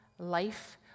life